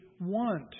want